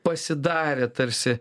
pasidarė tarsi